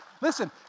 Listen